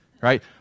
right